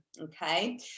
Okay